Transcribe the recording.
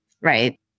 right